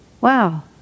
wow